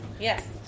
Yes